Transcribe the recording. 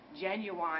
genuine